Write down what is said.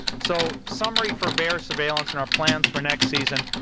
so summary for vaers surveillance and our plans for next season,